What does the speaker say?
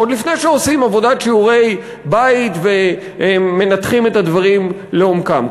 עוד לפני שעושים שיעורי-בית ומנתחים את הדברים לעומקם.